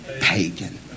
pagan